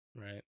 right